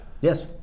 Yes